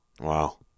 Wow